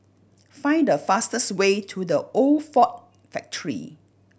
find the fastest way to The Old Ford Factory